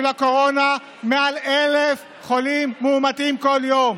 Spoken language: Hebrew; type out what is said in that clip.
מעל 1,000 חולים מאומתים בכל יום,